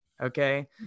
Okay